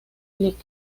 lic